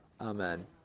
Amen